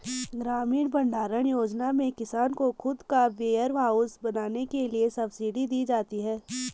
ग्रामीण भण्डारण योजना में किसान को खुद का वेयरहाउस बनाने के लिए सब्सिडी दी जाती है